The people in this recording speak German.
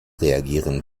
reagieren